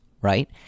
right